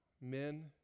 men